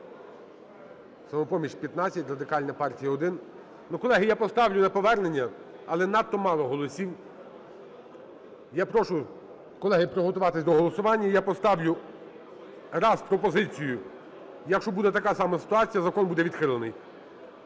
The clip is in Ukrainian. "Самопоміч" – 15, Радикальна партія – 1… Колеги, я поставлю на повернення, але надто мало голосів. Я прошу, колеги, приготуватись до голосування, я поставлю раз пропозицію. Якщо буде така сама ситуація, закон буде відхилений.